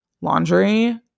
laundry